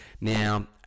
Now